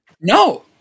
No